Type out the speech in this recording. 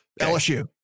lsu